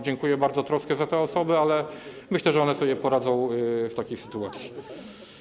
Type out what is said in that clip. Dziękuję bardzo za troskę o te osoby, ale myślę, że one sobie poradzą w takiej sytuacji.